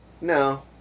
no